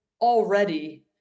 already